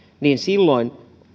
silloin